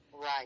right